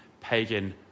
pagan